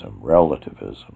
relativism